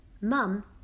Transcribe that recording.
Mum